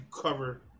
cover